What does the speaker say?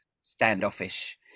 standoffish